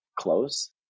close